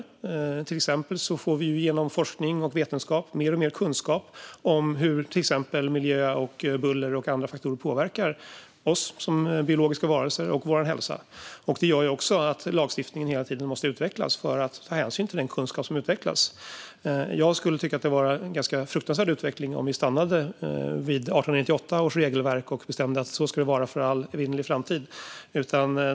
Vi får till exempel genom forskning och vetenskap mer och mer kunskap om hur exempelvis miljö, buller och andra faktorer påverkar oss som biologiska varelser och vår hälsa. Detta gör också att lagstiftningen hela tiden måste utvecklas för att ta hänsyn till den kunskap som också utvecklas. Jag skulle tycka att det vore en ganska fruktansvärd utveckling om lagstiftningen stannade vid 1898 års regelverk och vi bestämde att så ska det vara för all evinnerlig framtid.